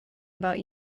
about